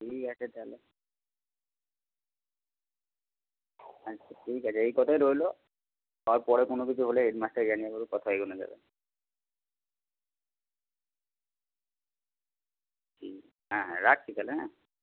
ঠিক আছে তাহলে আচ্ছা ঠিক আছে এই কথাই রইল তারপরে কোনো কিছু হলে হেডমাস্টারকে কথা এগোনো যাবে হুম হ্যাঁ হ্যাঁ রাখছি তাহলে হ্যাঁ